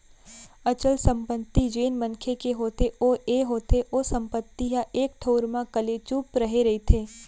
अचल संपत्ति जेन मनखे के होथे ओ ये होथे ओ संपत्ति ह एक ठउर म कलेचुप रहें रहिथे